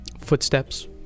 Footsteps